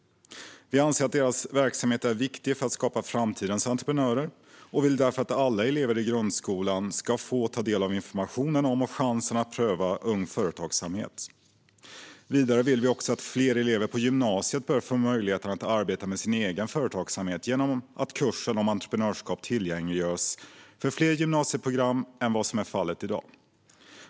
Vi anser att deras verksamhet är viktig för att skapa framtidens entreprenörer och vill därför att alla elever i grundskolan ska få ta del av informationen om och chansen att pröva Ung Företagsamhet. Vidare vill vi att fler elever på gymnasiet får möjlighet att arbeta med sin egen företagsamhet genom att kursen om entreprenörskap tillgängliggörs för fler gymnasieprogram än vad som är fallet i dag.